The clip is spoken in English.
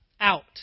out